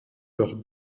leur